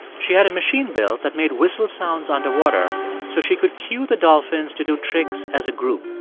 she had a machine built that made whistle sounds underwater so she could cue the dolphins to do tricks as a group.